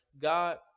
God